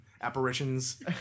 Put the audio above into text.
apparitions